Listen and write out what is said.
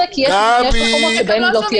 כי יש מקומות שבהם היא לא תהיה בכלל.